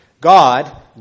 God